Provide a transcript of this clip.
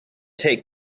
take